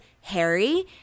Harry